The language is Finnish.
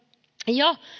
ja